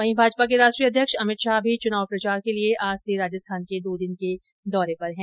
वहीं भाजपा के राष्ट्रीय अध्यक्ष अमित शाह भी चुनाव प्रचार के लिये आज से राजस्थान के दो दिन के दौरे पर है